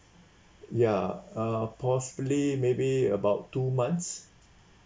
ya uh possibly maybe about two months